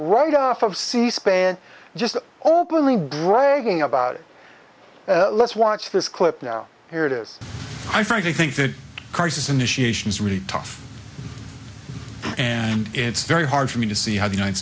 right off of c span just openly bragging about it let's watch this clip now here it is i frankly think that cars initiations really tough and it's very hard for me to see how the united